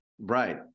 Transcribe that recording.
Right